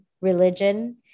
religion